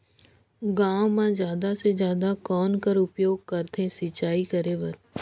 गांव म जादा से जादा कौन कर उपयोग करथे सिंचाई करे बर?